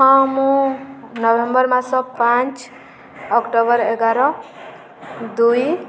ହଁ ମୁଁ ନଭେମ୍ବର ମାସ ପାଞ୍ଚ ଅକ୍ଟୋବର ଏଗାର ଦୁଇ